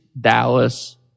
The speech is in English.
Dallas